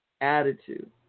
attitude